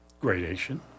Gradation